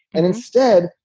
and instead,